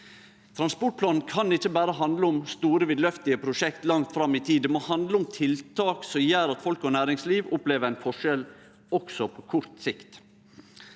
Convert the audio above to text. Transportplanen kan ikkje berre handle om store vidløftige prosjekt langt fram i tid. Det må handle om tiltak som gjer at folk og næringsliv opplever ein forskjell også på kort sikt.